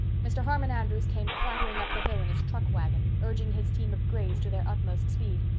mr. harmon andrews came clattering up the hill in his truck wagon, urging his team of grays to their utmost speed.